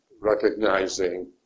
recognizing